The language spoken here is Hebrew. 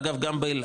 אגב גם באלעד.